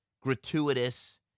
gratuitous